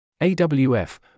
AWF